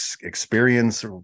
experience